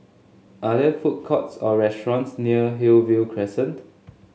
are there food courts or restaurants near Hillview Crescent